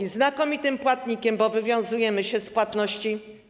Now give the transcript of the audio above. Jesteśmy znakomitym płatnikiem, bo wywiązujemy się z płatności.